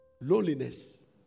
loneliness